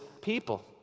people